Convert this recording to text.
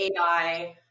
AI